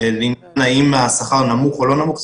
האם השכר נמוך או לא נמוך,